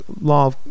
law